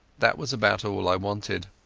that was about all i wanted.